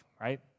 right